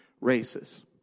races